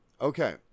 Okay